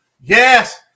Yes